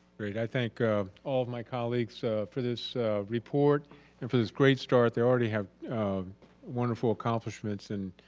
great! i thank all my colleagues for this report and for this great start. they already have um wonderful accomplishments and